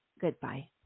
Goodbye